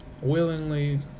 willingly